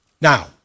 Now